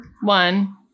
One